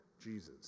Jesus